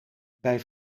bij